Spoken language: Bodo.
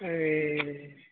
ए